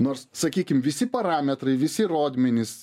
nors sakykim visi parametrai visi rodmenys